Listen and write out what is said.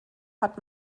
hat